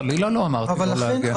חלילה, לא אמרתי לא להגן.